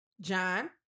John